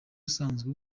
usanzwe